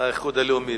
האיחוד הלאומי,